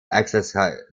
accessible